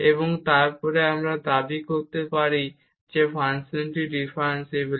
এবং তারপর আমরা দাবি করতে পারি যে ফাংশনটি ডিফারেনশিয়েবল